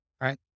right